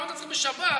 למה צריך בשבת?